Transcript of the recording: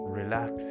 relax